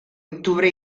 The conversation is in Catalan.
octubre